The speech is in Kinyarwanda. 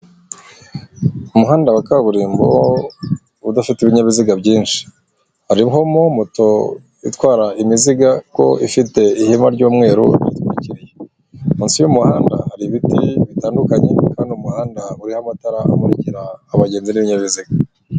Ku muhanda wa kaburimbo udafite ibinyabiziga byinshi, harimo moto itwara imizigo ifite ihema ry'umweru biyitwikiriye. Munsi y'umuhanda hari ibiti bitandukanye kandi umuhanda uriho amatara amurikira abagenzi b'ibinyabiziga.